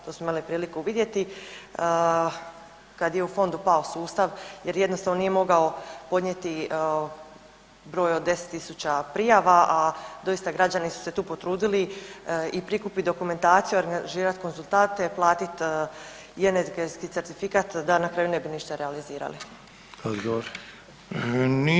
To smo imali priliku vidjeti, kad je u fondu pao sustav jer jednostavno nije mogao podnijeti broj od 10.000 prijava, a doista građani su se tu potrudili i prikupiti dokumentaciju, angažirati konzultante, platit i energetski certifikat da na kraju ne bi ništa realizirali.